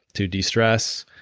to de-stress.